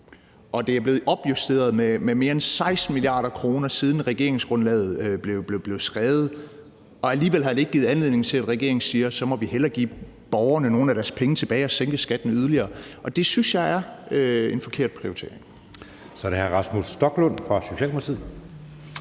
at det er blevet opjusteret med mere end 16 mia. kr., siden regeringsgrundlaget blev skrevet, og alligevel har det ikke givet anledning til, at regeringen siger, at vi så hellere må give borgerne nogle af deres penge tilbage og sænke skatten yderligere. Og det synes jeg er en forkert prioritering. Kl. 16:08 Anden